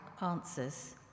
answers